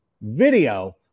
video